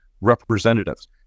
representatives